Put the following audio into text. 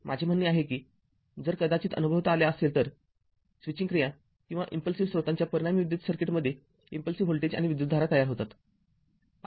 माझे म्हणणे आहे कि जर कदाचित अनुभवता आले असेल तरस्विचिंग क्रिया किंवा इम्पल्सिव्ह स्त्रोतांच्या परिणामी विद्युत सर्किटमध्ये इम्पल्सिव्ह व्होल्टेज आणि विद्युतधारा तयार होतात